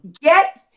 Get